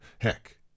Heck